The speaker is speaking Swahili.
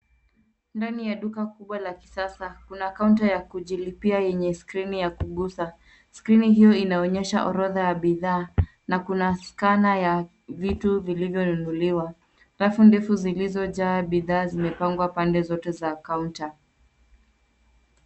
Ndani ya duka kubwa la kisasa kuna kaunta ya kujilipia yenye skrini ya kugusa. Skrini hiyo inaonyesha orodha ya bidhaa na kuna skana ya vitu vilivyonunuliwa. Rafu ndefu zilizojaa bidhaa zimepangwa pande zote za kaunta.